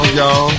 y'all